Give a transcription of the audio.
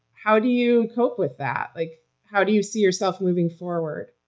how do you cope with that? like how do you see yourself moving forward?